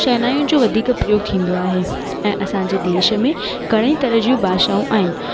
शहनाइयूं जो वधीक प्रयोग थींदो आहे ऐं असांजे देश में घणेई तरह जूं भाषाऊं आहिनि